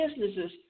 businesses